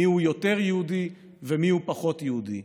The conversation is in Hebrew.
מיהו יותר יהודי ומיהו פחות יהודי.